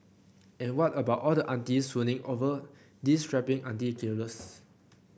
and what about all the aunties swooning over these strapping auntie killers